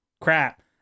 Crap